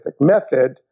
method